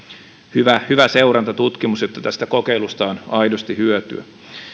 hyvä hyvä seurantatutkimus jotta tästä kokeilusta on aidosti hyötyä